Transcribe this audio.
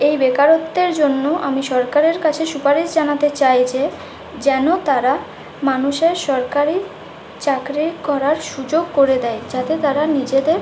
এই বেকারত্বের জন্য আমি সরকারের কাছে সুপারিশ জানাতে চাই যে যেন তারা মানুষের সরকারি চাকরি করার সুযোগ করে দেয় যাতে তারা নিজেদের